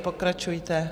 Pokračujte.